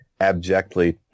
abjectly